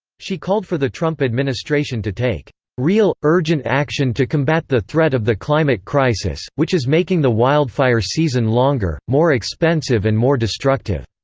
she called for the trump administration to take real, urgent action to combat the threat of the climate crisis, which is making the wildfire season longer, more expensive and more destructive.